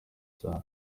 cyane